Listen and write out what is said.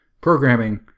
programming